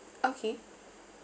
okay